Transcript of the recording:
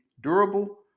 durable